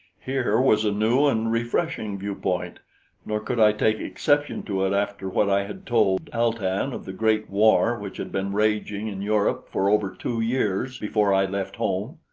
here was a new and refreshing viewpoint nor could i take exception to it after what i had told al-tan of the great war which had been raging in europe for over two years before i left home.